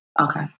Okay